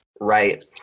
Right